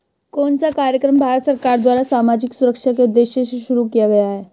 कौन सा कार्यक्रम भारत सरकार द्वारा सामाजिक सुरक्षा के उद्देश्य से शुरू किया गया है?